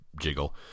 jiggle